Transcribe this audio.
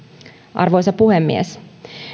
arvoisa puhemies